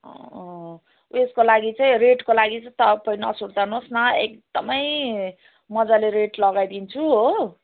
यसको लागि चाहिँ रेटको लागि चाहिँ तपाईँ नसुर्ताउनु होस् न एकदम मजाले रेट लगाइदिन्छु हो